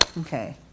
Okay